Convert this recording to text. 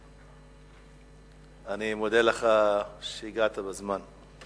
אני מודה לך על שהגעת בזמן.